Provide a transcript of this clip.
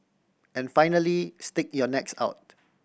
and finally stick your necks out